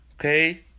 okay